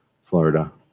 Florida